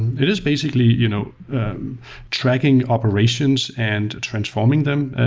it is basically you know tracking operations and transforming them.